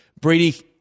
Brady